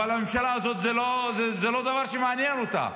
אבל הממשלה הזאת זה לא דבר שמעניין אותה.